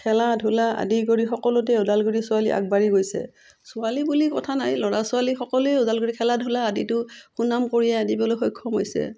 খেলা ধূলা আদি কৰি সকলোতে ওদালগুৰি ছোৱালী আগবাঢ়ি গৈছে ছোৱালী বুলি কথা নাই ল'ৰা ছোৱালী সকলোৱে ওদালগুৰি খেলা ধূলা আদিতো সুনাম কঢ়িয়াই আনিবলৈ সক্ষম হৈছে